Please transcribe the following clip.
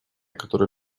которое